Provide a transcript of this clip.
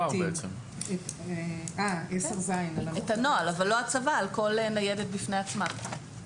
את הנוהל אבל לא הצבה על כל ניידת בפני עצמה.